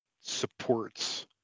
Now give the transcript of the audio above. supports